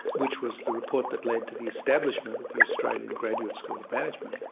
which was the report that led to the establishment of the australian graduate school of management.